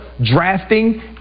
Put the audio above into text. drafting